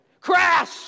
crash